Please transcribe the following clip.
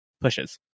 pushes